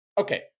Okay